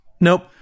Nope